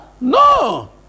no